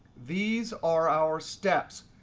these are our steps.